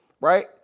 right